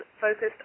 focused